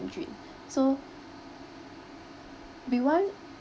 mandarin so we want